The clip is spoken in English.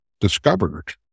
discovered